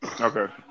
Okay